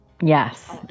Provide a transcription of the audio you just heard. Yes